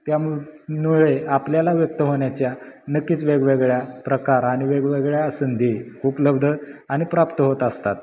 त्यामुळे आपल्याला व्यक्त होण्याच्या नक्कीच वेगवेगळ्या प्रकार आणि वेगवेगळ्या संधी उपलब्ध आणि प्राप्त होत असतात